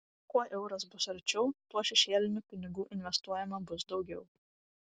kuo euras bus arčiau tuo šešėlinių pinigų investuojama bus daugiau